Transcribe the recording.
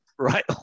right